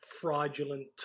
fraudulent